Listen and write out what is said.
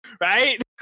right